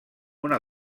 una